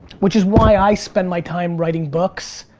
which is why i spend my time writing books,